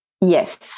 Yes